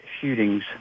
shootings